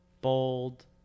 bold